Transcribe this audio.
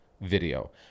video